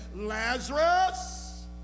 Lazarus